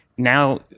Now